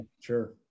Sure